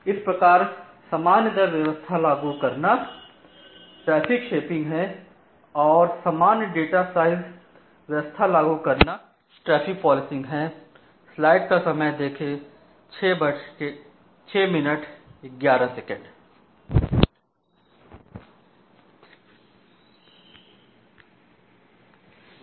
इस प्रकार सामान दर व्यवस्था लागू करना ट्रैफिक शेपिंग है और सामान डाटा साइज़ व्यवस्था लागू करना ट्रैफिक पोलिसिंग है